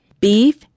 beef